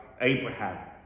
Abraham